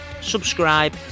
subscribe